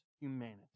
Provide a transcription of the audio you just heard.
humanity